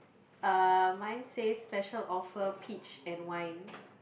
uh mine says special offer peach and wine